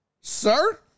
sir